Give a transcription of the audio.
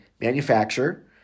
manufacturer